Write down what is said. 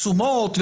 תשומות,